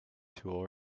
tool